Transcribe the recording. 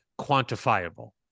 quantifiable